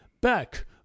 back